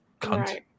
cunt